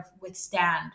withstand